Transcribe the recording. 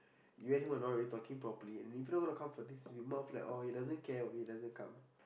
you and him were already not talking properly and if you don't wanna come for this it's going to be more flat or he doesn't care of it doesn't come